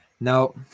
No